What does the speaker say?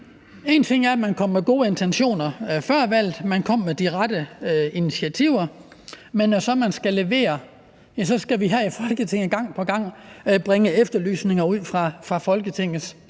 En ting er, at man kom med gode intentioner før valget, at man kom med de rette initiativer, men når man så skal levere, skal vi gang på gang bringe efterlysninger ud her fra Folketingets